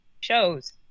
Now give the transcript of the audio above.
Shows